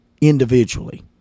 individually